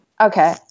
Okay